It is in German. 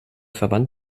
verband